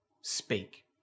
speak